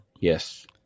Yes